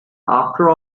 after